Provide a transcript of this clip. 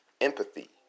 empathy